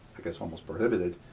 i guess, almost prohibited.